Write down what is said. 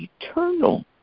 eternal